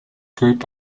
group